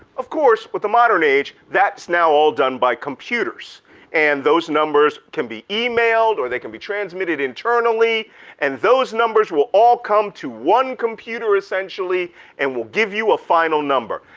of course with the modern age, that's now all done by computers and those numbers can be emailed or they can be transmitted internally and those numbers will all come to one computer essentially and will give you a final number.